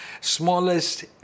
smallest